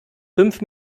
fünf